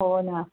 हो ना